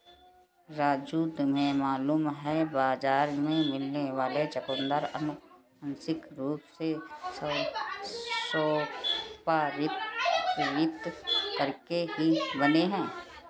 राजू तुम्हें मालूम है बाजार में मिलने वाले चुकंदर अनुवांशिक रूप से रूपांतरित करके ही बने हैं